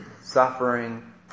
suffering